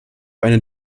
eine